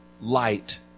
light